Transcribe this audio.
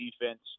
defense